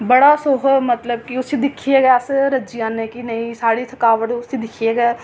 बड़ा सुख मतलब कि उसी दिक्खियै गै अस रज्जी जन्ने कि नेईं साढ़ी थकावट उसी दिक्खियै गै